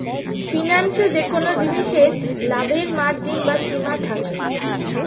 ফিন্যান্সে যেকোন জিনিসে লাভের মার্জিন বা সীমা থাকে